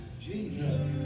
Jesus